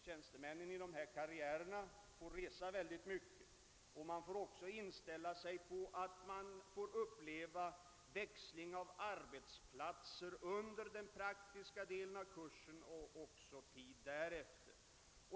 Tjänstemännen i dessa karriärer får nämligen resa mycket, och de måste också ställa in sig på att uppleva växlingar av arbetsplatser under den praktiska delen av kursen och även under tiden därefter.